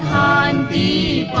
on the